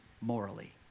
morally